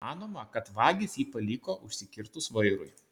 manoma kad vagys jį paliko užsikirtus vairui